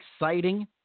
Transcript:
exciting